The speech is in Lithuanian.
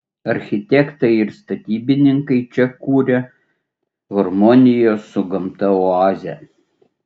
architektai ir statybininkai čia kuria harmonijos su gamta oazę